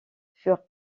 furent